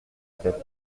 tête